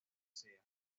sea